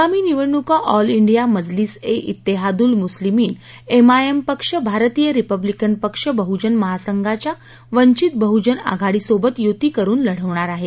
आगामी निवडणुका all India Majlis e Ittehadul Muslimeen MIM पक्ष भारतीय रिपब्लिकन पक्ष बहुजन महासंघाच्या वंचित बहजन आघाडीसोबत यूती करून लढवणार आहे